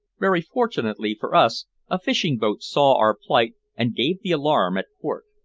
very fortunately for us a fishing-boat saw our plight and gave the alarm at port.